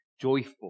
joyful